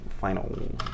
final